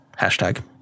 Hashtag